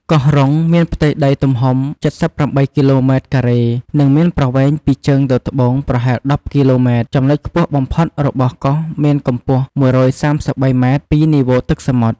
កោះរ៉ុង មានផ្ទៃដីទំហំ ៧៨គីឡូម៉ែត្រការ៉េ និងមានប្រវែងពីជើងទៅត្បូងប្រហែល១០គីឡូម៉ែត្រ។ ចំនុចខ្ពស់បំផុតរបស់កោះមានកំពស់១៣៣ម៉ែត្រពីនីវ៉ូទឹកសមុទ្រ។